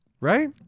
Right